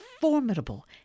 formidable